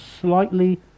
slightly